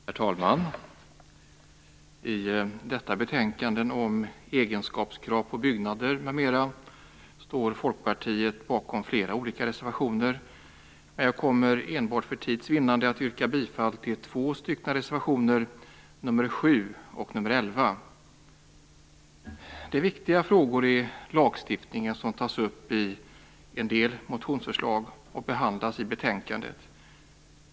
Herr talman! I detta betänkande om egenskapskrav på byggnader m.m. står Folkpartiet bakom flera olika reservationer. Men jag kommer för tids vinnande att yrka bifall enbart till två reservationer, nr 7 och nr 11. Det är viktiga frågor i lagstiftningen som tas upp i en del motionsförslag och behandlas i betänkandet.